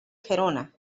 gerona